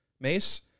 mace